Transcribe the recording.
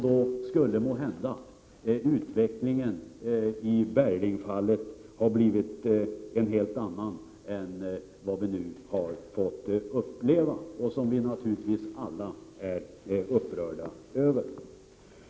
Då skulle måhända utvecklingen i Berglingfallet ha blivit en helt annan än den som vi nu har fått uppleva och som vi alla naturligtvis är upprörda över.